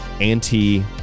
anti